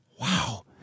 Wow